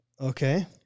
Okay